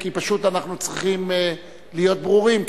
כי אנחנו צריכים להיות ברורים,